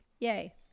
Yay